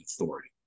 authority